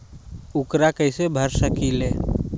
ऊकरा कैसे भर सकीले?